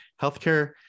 Healthcare